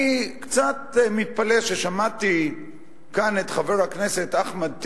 אני קצת מתפלא ששמעתי כאן את חבר הכנסת אחמד טיבי,